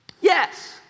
Yes